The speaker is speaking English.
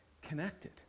connected